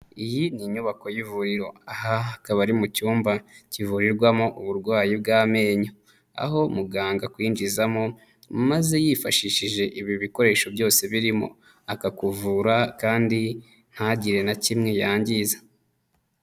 Iyi ni nyubako y'ivuriro, aha hakaba ari mu cyumba kivurirwamo uburwayi bw'amenyo, aho muganga akwinjizamo maze yifashishije ibi bikoresho byose birimo, akakuvura kandi ntagire na kimwe yangiza.